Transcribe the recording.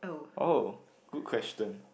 oh good question